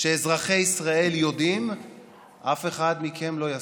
שאזרחי ישראל יודעים אף אחד מכם לא יזכיר.